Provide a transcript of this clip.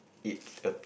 it's a f~